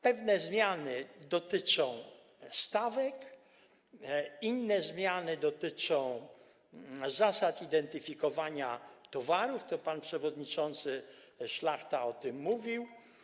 Pewne zmiany dotyczą stawek, inne zmiany dotyczą zasad identyfikowania towarów, pan przewodniczący Szlachta o tym mówił.